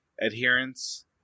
adherence